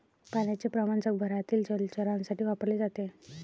पाण्याचे प्रमाण जगभरातील जलचरांसाठी वापरले जाते